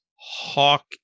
hawk